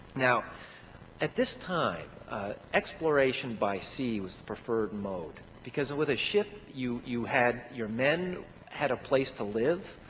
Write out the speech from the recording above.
now at this time exploration by sea was the preferred mode because with a ship you you had your men had a place to live.